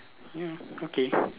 ya okay